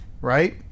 right